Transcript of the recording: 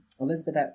Elizabeth